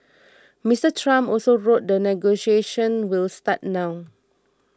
Mister Trump also wrote that negotiations will start now